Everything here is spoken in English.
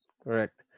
Correct